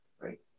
Right